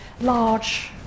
large